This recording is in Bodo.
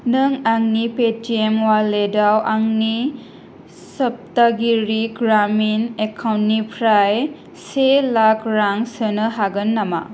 नों आंनि पेटिएम वालेटाव आंनि सप्तागिरि ग्रामिन एकाउन्टनिफ्राय से लाख रां सोनो हागोन नामा